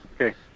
Okay